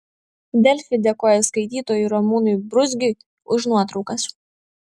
delfi dėkoja skaitytojui ramūnui bruzgiui už nuotraukas